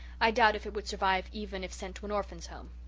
i doubt if it would survive even if sent to an orphans' home.